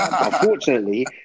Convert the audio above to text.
Unfortunately